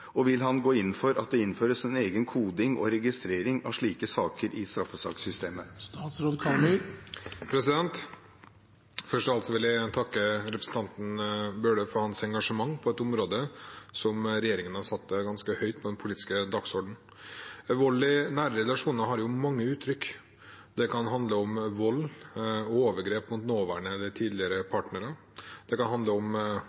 og vil han gå inn for at det innføres en egen koding og registrering av slike saker i straffesakssystemet?» Først av alt vil jeg takke representanten Bøhler for hans engasjement på et område som regjeringen har satt ganske høyt på den politiske dagsordenen. Vold i nære relasjoner har mange uttrykk. Det kan handle om vold og overgrep mot nåværende eller tidligere partner, om